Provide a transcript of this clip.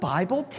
Bible